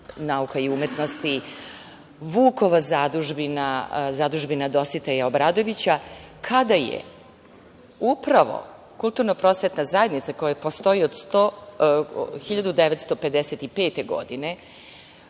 nauka i umetnosti, Vukova zadužbina, Zadužbina Dositeja Obradovića, kada je upravo Kulturno-prosvetna zajednica, koja postoji od 1955. godine,